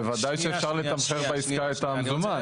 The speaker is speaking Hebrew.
בוודאי שאפשר לתמחר בעסקה את המזומן,